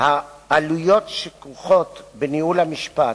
העלויות שכרוכות בניהול המשפט,